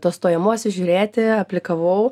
tuos stojamuosius žiūrėti aplikavau